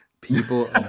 People